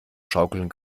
schaukeln